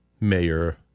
Mayor